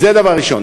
זה דבר ראשון.